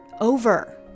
over